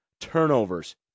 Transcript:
turnovers